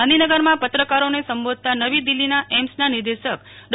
ગાંધીનગરમાં પત્રકારોને સંબોધતા નવો દિલ્હીના એમ્સના નિર્દેશક ડો